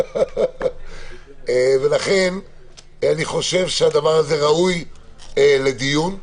אני חושב שהדבר הזה ראוי לדיון.